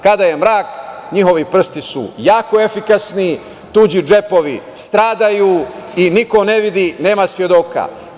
Kada je mrak, njihovi prsti su jako efikasni, tuđi džepovi stradaju i niko ne vidi, nema svedoka.